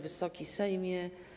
Wysoki Sejmie!